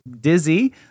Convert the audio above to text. dizzy